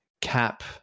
cap